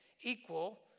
equal